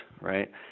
right